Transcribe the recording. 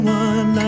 one